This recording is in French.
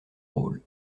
rôle